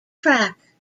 track